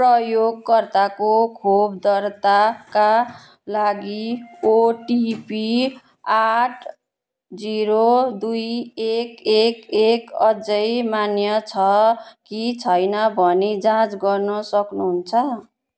प्रयोगकर्ताको खोप दर्ताका लागि ओटिपी आठ जिरो दुई एक एक एक अझै मान्य छ कि छैन भनी जाँच गर्न सक्नुहुन्छ